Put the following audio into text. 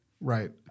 Right